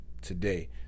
today